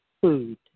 food